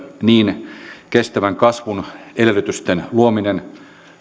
niin kestävän kasvun edellytysten luominen